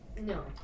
No